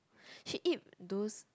she eat those